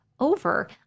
Over